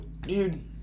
dude